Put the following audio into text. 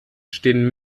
stehen